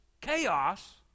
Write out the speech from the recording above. chaos